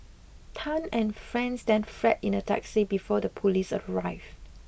Tan and friends then fled in a taxi before the police arrived